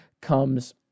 comes